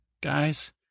Guys